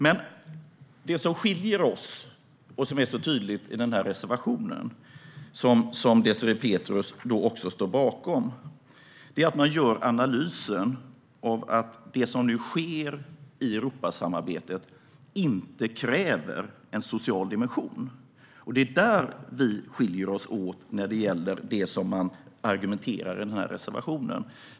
Men det som skiljer oss, och som är så tydligt i den reservation som Désirée Pethrus står bakom, är att man gör analysen att det som nu sker i Europasamarbetet inte kräver en social dimension. Det är beträffande det som man argumenterar för i denna reservation som vi skiljer oss åt.